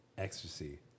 Ecstasy